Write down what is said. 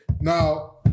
Now